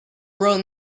rode